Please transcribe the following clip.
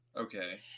Okay